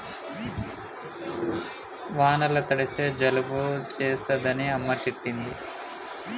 వానల తడిస్తే జలుబు చేస్తదని అమ్మ తిట్టింది